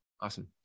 Awesome